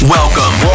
Welcome